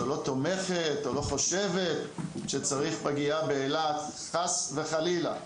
לא תומכת או לא חושבת שצריך פגייה באילת חס וחלילה.